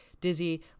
dizzy